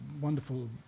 wonderful